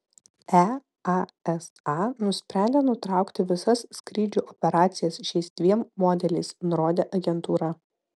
easa nusprendė nutraukti visas skrydžių operacijas šiais dviem modeliais nurodė agentūra